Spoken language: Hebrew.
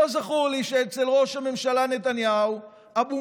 לא זכור לי שאצל ראש הממשלה נתניהו אבו